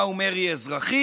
מהו מרי אזרחי.